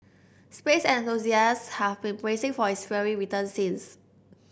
space enthusiast have been bracing for its fiery return since